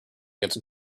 against